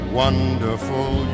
wonderful